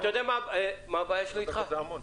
שלוש דקות זה המון.